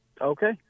Okay